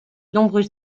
nombreux